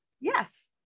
Yes